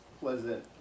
pleasant